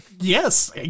Yes